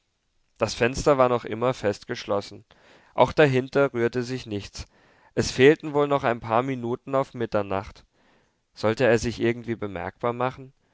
das fenster war noch immer fest geschlossen auch dahinter rührte sich nichts es fehlten wohl noch ein paar minuten auf mitternacht sollte er sich irgendwie bemerkbar machen